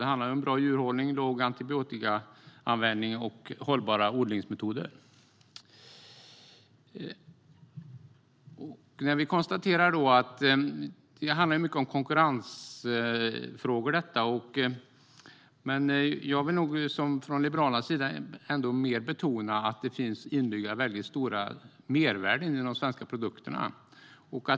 Det handlar om bra djurhållning, låg antibiotikaanvändning och hållbara odlingsmetoder. Detta handlar mycket om konkurrensfrågor. Från Liberalernas sida vill jag betona att det finns stora mervärden i de svenska produkterna.